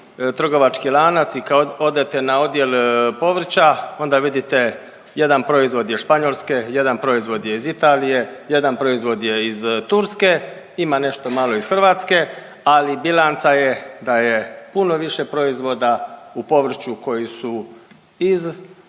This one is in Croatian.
trgovački lanac i kad odete na odjel povrća onda vidite jedan proizvod je iz Španjolske, jedan proizvod je iz Italije, jedan proizvod je iz Turske. Ima nešto malo iz Hrvatske ali bilanca je da je puno više proizvoda u povrću koji su iz, koji su